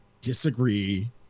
disagree